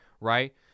right